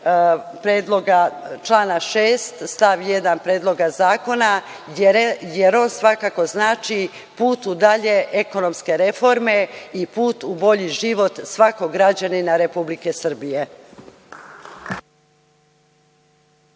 tumačenju člana 6. stav 1. predloga zakona, jer on svakako znači put u dalje ekonomske reforme i put u bolji život svakog građanina Republike Srbije.